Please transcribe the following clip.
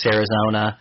Arizona